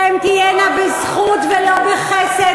והן תהיינה בזכות ולא בחסד,